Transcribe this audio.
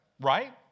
Right